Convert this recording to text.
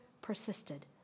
persisted